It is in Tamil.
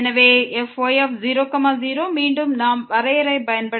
எனவே fy0 0 மீண்டும் நாம் வரையறை பயன்படுத்த வேண்டும்